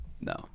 No